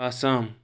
Assam